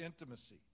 intimacy